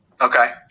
Okay